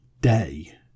day